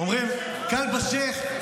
אומרים: כלב א-שייח',